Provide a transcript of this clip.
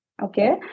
Okay